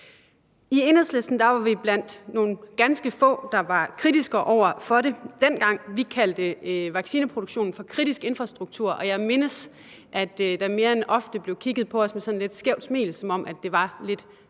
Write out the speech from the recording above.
I Enhedslisten var vi blandt nogle ganske få, der var kritiske over for det dengang, og vi kaldte vaccineproduktionen for kritisk infrastruktur, og jeg mindes, at der mere end ofte blev kigget på os med et skævt smil, som om det var lidt